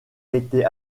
été